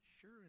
sure